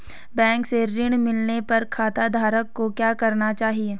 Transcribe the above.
Bank से ऋण मिलने पर खाताधारक को क्या करना चाहिए?